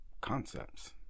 concepts